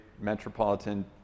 metropolitan